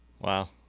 Wow